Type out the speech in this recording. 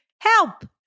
Help